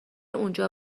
اونجا